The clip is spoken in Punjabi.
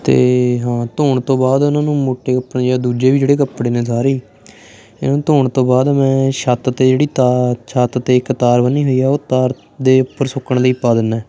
ਅਤੇ ਹਾਂ ਧੋਣ ਤੋਂ ਬਾਅਦ ਉਹਨਾਂ ਨੂੰ ਮੋਟੇ ਕੱਪੜੇ ਜਾਂ ਦੂਜੇ ਵੀ ਜਿਹੜੇ ਕੱਪੜੇ ਨੇ ਸਾਰੇ ਇਹਨਾਂ ਨੂੰ ਧੋਣ ਤੋਂ ਬਾਅਦ ਮੈਂ ਛੱਤ 'ਤੇ ਜਿਹੜੀ ਤਾਰ ਛੱਤ 'ਤੇ ਇੱਕ ਤਾਰ ਬੰਨੀ ਹੋਈ ਆ ਉਹ ਤਾਰ ਦੇ ਉੱਪਰ ਸੁੱਕਣ ਲਈ ਪਾ ਦਿੰਨਾ